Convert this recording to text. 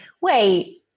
wait